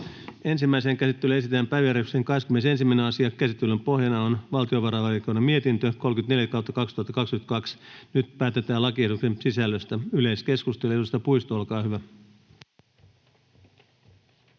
Ensimmäiseen käsittelyyn esitellään päiväjärjestyksen 21. asia. Käsittelyn pohjana on valtiovarainvaliokunnan mietintö VaVM 34/2022 vp. Nyt päätetään lakiehdotuksen sisällöstä. — Yleiskeskustelu, edustaja Puisto, olkaa hyvä.